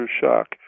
shock